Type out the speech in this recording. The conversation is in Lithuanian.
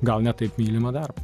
gal ne taip mylimą darbą